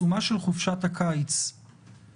האחת נוגעת לטווח הקצת יותר ארוך.